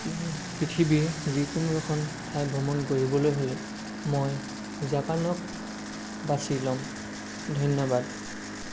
পৃথিৱীৰ যিকোনো এখন ঠাই ভ্ৰমণ কৰিবলৈ হ'লে মই জাপানক বাচি ল'ম ধন্যবাদ